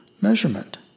measurement